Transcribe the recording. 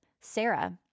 Sarah